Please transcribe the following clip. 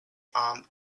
armed